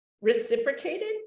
reciprocated